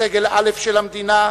סגל א' של המדינה,